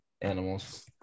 animals